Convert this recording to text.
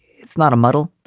it's not a muddle.